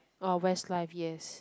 orh westlife yes